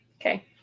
Okay